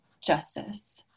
justice